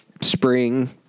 spring